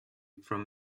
from